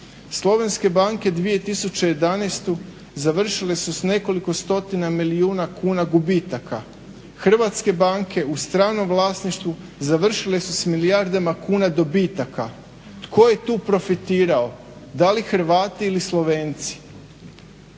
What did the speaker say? Slovenske banke 2011. završile su s nekoliko stotina milijuna kuna gubitaka. Hrvatske banke u stranom vlasništvu završile su s milijardama kuna dobitaka. Tko je tu profitirao? Da li Hrvati ili Slovenci?